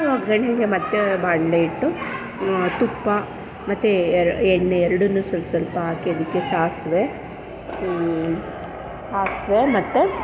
ಒಗ್ಗರಣೆಗೆ ಮತ್ತು ಬಾಣಲಿ ಇಟ್ಟು ತುಪ್ಪ ಮತ್ತು ಎರ ಎಣ್ಣೆ ಎರಡೂ ಸ್ವಲ್ಪ ಸ್ವಲ್ಪ ಹಾಕಿ ಅದಕ್ಕೆ ಸಾಸಿವೆ ಸಾಸಿವೆ ಮತ್ತು